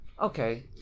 Okay